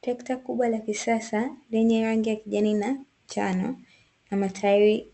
Trekta kubwa la kisasa lenye rangi ya kijani na njano na matairi